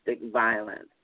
violence